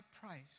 price